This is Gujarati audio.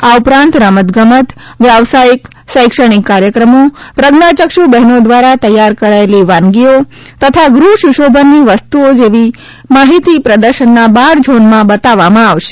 આ ઉપરાંત રમત ગમત વ્યવસાયિક શૈક્ષાણિક કાર્યક્રમો પ્રજ્ઞાયક્ષુ બહેનો દ્વારા તૈયાર કરાયેલી વાનગીઓ તથા ગૃહસુશોભનની વસ્તુઓ જેવી માહિતી પ્રદર્શનના બાર ઝોનમાં બતાવવામાં આવશે